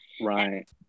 Right